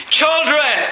children